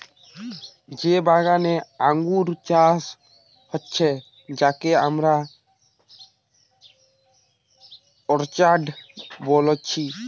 যে বাগানে আঙ্গুর চাষ হচ্ছে যাকে আমরা অর্চার্ড বলছি